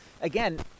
again